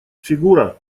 фигура